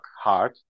hard